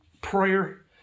prayer